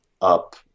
up